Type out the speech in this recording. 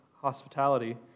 hospitality